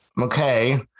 okay